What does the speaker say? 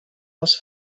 els